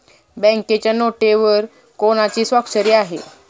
बँकेच्या नोटेवर कोणाची स्वाक्षरी आहे?